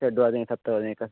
षड्वादने सप्तवादने क